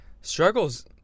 struggles